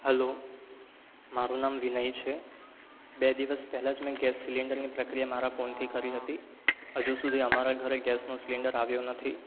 hello મારું નામ વિનય છે બે દિવસ પહેલાં જ મેં ગેસ સિલિન્ડરની પ્રક્રિયા મારા ફોનથી કરી હતી હજુ સુધી અમારા ઘરે ગેસનો સિલિન્ડર આવ્યો નથી